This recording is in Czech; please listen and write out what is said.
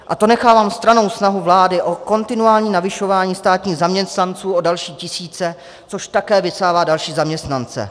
A to nechávám stranou snahu vlády o kontinuální navyšování státních zaměstnanců o další tisíce, což také vysává další zaměstnance.